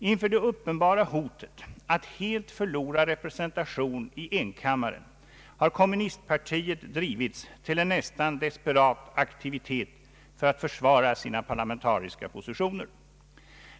Inför det uppenbara hotet att helt förlora representationen i enkammaren har kommunistpartiet drivits till en nästan desperat aktivitet för att försvara sina parlamentariska positioner.